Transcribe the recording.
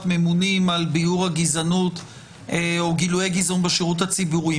ממונים לביעור הגזענות או גילויי גזענות בשירות הציבורי.